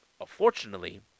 unfortunately